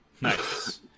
Nice